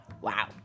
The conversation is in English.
Wow